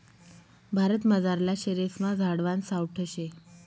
भारतमझारला शेरेस्मा झाडवान सावठं शे